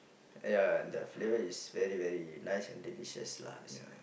ya the flavour is very very nice and delicious lah